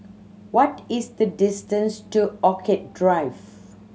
what is the distance to Orchid Drive